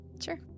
Sure